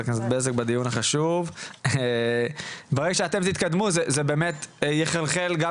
ברגע שאתם תתקדמו זה באמת יחלחל גם